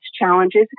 challenges